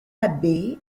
abe